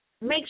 make